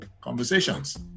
conversations